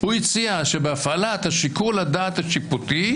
הוא הציע שבהפעלת שיקול הדעת השיפוטי,